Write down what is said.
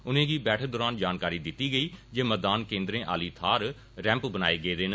उनें गी बैठक दौरान जानकारी दिती गेई जे मतदान केन्द्रें आहली थाहर रैम्प बनाने गेदे न